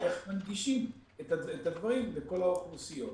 איך מנגישים את הדברים לכל האוכלוסיות.